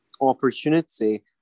opportunity